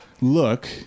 look